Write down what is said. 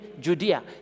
Judea